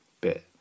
bit